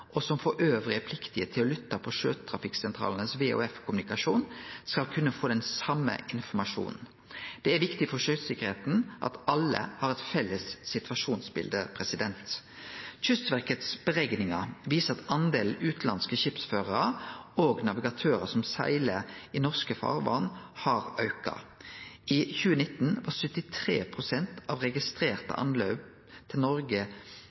og som dessutan er pliktige til å lytte til sjøtrafikksentralanes VHF-kommunikasjon, skal kunne få den same informasjonen. Det er viktig for sjøsikkerheita at alle har eit felles situasjonsbilde. Berekningar frå Kystverket viser at utanlandske skipsførarar og navigatørar som seglar i norske farvatn, har auka. I 2019 var 73 pst. av registrerte anløp til Noreg